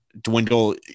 dwindle